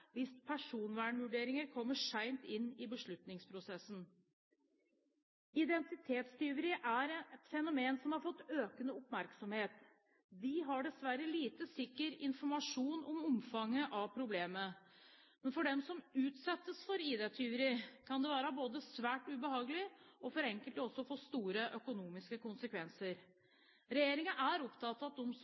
hvis personvernvurderingene kommer sent inn i beslutningsprosessen. Identitetstyveri er et fenomen som har fått økende oppmerksomhet. Vi har dessverre lite sikker informasjon om omfanget av problemet. Men for dem som utsettes for ID-tyveri, kan det både være svært ubehagelig og for enkelte også få store økonomiske konsekvenser. Regjeringen er opptatt av at